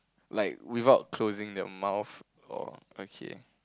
like without closing their mouth or okay